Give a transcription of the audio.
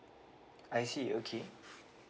I see okay